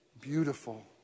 beautiful